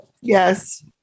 Yes